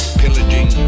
pillaging